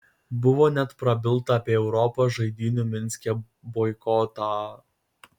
buvo net prabilta apie europos žaidynių minske boikotą